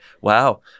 wow